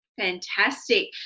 Fantastic